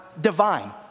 divine